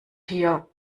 hier